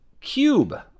cube